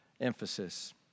emphasis